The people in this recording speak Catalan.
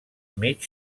mig